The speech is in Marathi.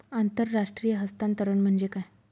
आंतरराष्ट्रीय हस्तांतरण म्हणजे काय?